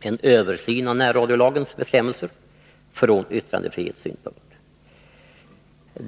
en översyn av närradiolagens bestämmelser från yttrandefrihetssynpunkt.